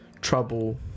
trouble